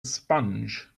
sponge